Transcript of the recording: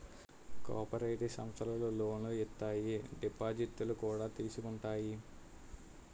cooperative సమస్థలు లోనులు ఇత్తాయి దిపాజిత్తులు కూడా తీసుకుంటాయి